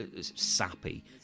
sappy